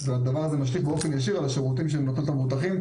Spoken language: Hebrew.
והדבר הזה משפיע באופן ישיר על השירותים שהן נותנות למבוטחים.